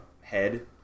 head